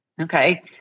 Okay